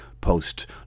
post